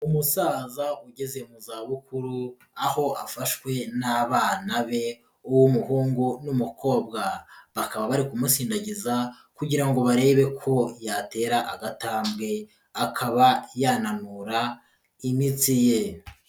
Umusaza ugeze mu zabukuru aho afashwe n'abana be, uw'umuhungu n'umukobwa, bakaba bari kumusindagiza kugira ngo barebe ko yatera agatambwe akaba yananura imitsi ye.